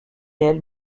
elle